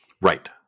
Right